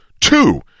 two